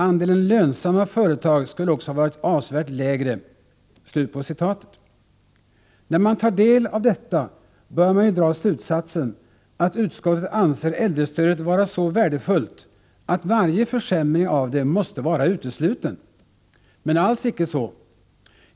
Andelen lönsamma företag skulle också ha varit avsevärt lägre.” När man tar del av detta bör man kunna dra slutsatsen att utskottet anser äldrestödet vara så värdefullt, att varje försämring av det måste vara utesluten. Men alls icke så!